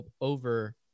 over